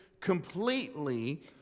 completely